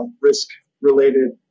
risk-related